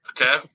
Okay